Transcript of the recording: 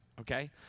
Okay